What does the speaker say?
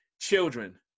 children